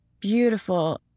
beautiful